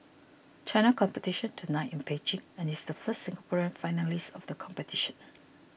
China competition tonight in Beijing and is the first Singaporean finalist of the competition